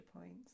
points